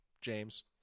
james